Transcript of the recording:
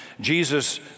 Jesus